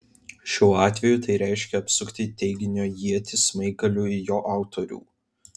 šiuo atveju tai reiškia apsukti teiginio ietį smaigaliu į jo autorių